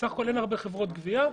אין הרבה חברות גבייה.